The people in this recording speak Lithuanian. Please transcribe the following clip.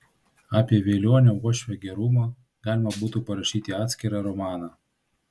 apie velionio uošvio gerumą galima būtų parašyti atskirą romaną